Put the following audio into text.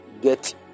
get